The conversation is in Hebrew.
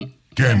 א.ש: כן,